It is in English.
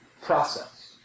process